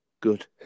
Good